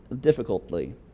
difficultly